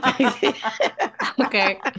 Okay